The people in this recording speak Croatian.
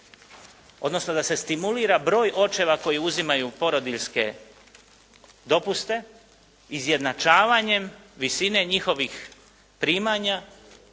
odnosno da se stimulira broj očeva koji uzimaju porodiljske dopuste, izjednačavanjem visine njihovih primanja,